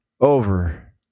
over